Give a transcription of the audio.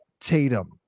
Tatum